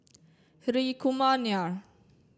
Hri Kumar Nair